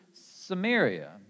Samaria